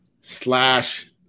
slash